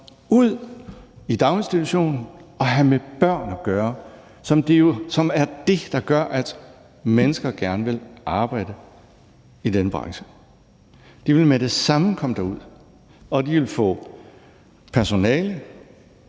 ud i daginstitutionen og have med børn at gøre, som er det, der gør, at mennesker gerne vil arbejde i denne branche. De vil med det samme komme derud, og de vil få personale